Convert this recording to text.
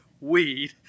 weed